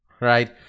Right